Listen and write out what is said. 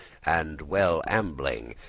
and well ambling,